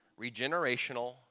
regenerational